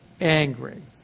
angry